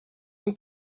and